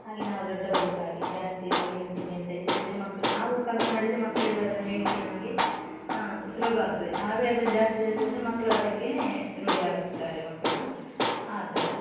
ಹಾಗೆ ನಾವು ದೊಡ್ಡವರು ಸಹ ಹಾಗೆ ಜಾಸ್ತಿ ಹೊರಗಿನ ತಿಂಡಿಯನ್ನು ತ್ಯಜಿಸಿದರೆ ಮಕ ನಾವು ಕಮ್ಮಿ ಮಾಡಿದರೆ ಮಕ್ಕಳಿಗು ಅದನ್ನು ಹೇಳ್ಲಿಕ್ಕೆ ನಮಗೆ ಸುಲಭ ಆಗ್ತದೆ ನಾವೆ ಅದನ್ನು ಜಾಸ್ತಿ ತಿಂದರೆ ಮಕ್ಕಳು ಅದಕ್ಕೆ ರೂಢಿಯಾಗ್ತಾರೆ ಮಕ್ಕಳು ಆ ಥರ